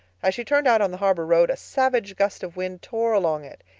as she turned out on the harbor road a savage gust of wind tore along it.